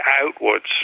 outwards